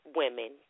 women